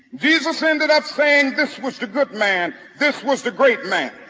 jesus ended up saying, this was the good man this was the great man